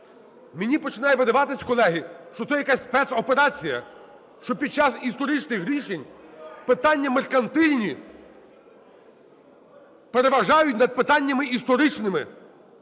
Мені починає видаватись, колеги, що це якась спецоперація, що під час історичних рішень питання меркантильні переважають над питаннями історичними.